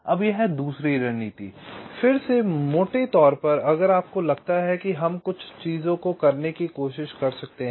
अब यह दूसरी रणनीति फिर से मोटे तौर पर अगर आपको लगता है कि हम कुछ चीजों को करने की कोशिश कर सकते हैं